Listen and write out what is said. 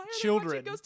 children